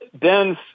Ben's